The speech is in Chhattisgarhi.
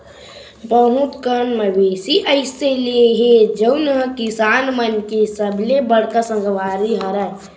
बहुत कन मवेशी अइसे हे जउन ह किसान मन के सबले बड़का संगवारी हरय